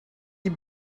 die